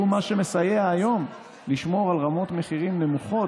הוא מה שמסייע היום לשמור על רמות מחירים נמוכות